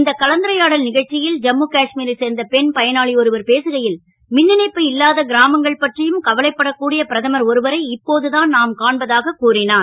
இந்த கலந்துரையாடல் க ச்சி ல் ஜம்மு கா மீரைச் சேர்ந்த பெண் பயனாளி ஒருவர் பேசுகை ல் மின் இணைப்பு இல்லாத கிராமங்கள் பற்றியும் கவலைப்படக் கூடிய பிரதமர் ஒருவரை இப்போதுதான் நாம் காண்பதாகக் கூறினார்